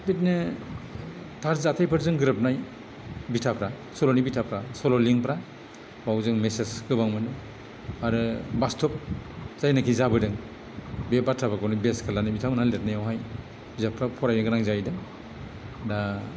बिदिनो थार जाथायफोरजों गोरोबनाय बिथाफ्रा सल'नि बिथाफ्रा सल'लिंफ्रा बेयाव जों मेसेज गोबां मोनो आरो बास्तब जायनाखि जाबोदों बे बाथ्राफोरखौनो बेस खालायनानै बिथांमोनहा लिरनायावहाय जोंफ्रा फरायनो गोनां जाहैदों बा